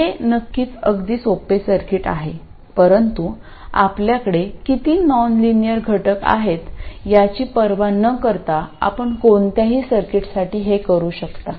हे नक्कीच अगदी सोपे सर्किट आहे परंतु आपल्याकडे किती नॉनलिनियर घटक आहेत याची पर्वा न करता आपण कोणत्याही सर्किटसाठी हे करू शकता